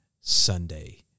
Sunday